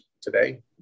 today